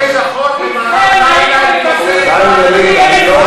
תודה, אדוני.